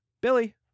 Billy